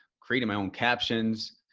creating my own captions,